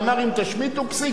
ואמר: אם תשמיטו פסיק,